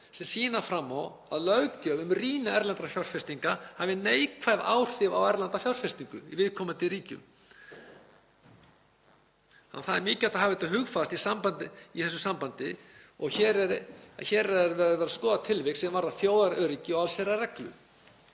sem sýna fram á að löggjöf um rýni erlendra fjárfestinga hafi neikvæð áhrif á erlenda fjárfestingu í viðkomandi ríkjum. Það er mikilvægt að hafa þetta hugfast í þessu sambandi. Hér er verið að skoða tilvik sem varða þjóðaröryggi og allsherjarreglu